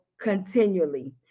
continually